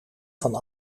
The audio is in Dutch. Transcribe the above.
van